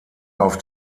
auf